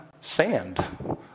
sand